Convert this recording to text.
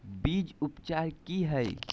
बीज उपचार कि हैय?